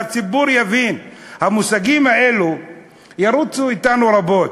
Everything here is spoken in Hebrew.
שהציבור יבין, המושגים האלו ירוצו אתנו רבות.